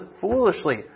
foolishly